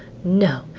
no!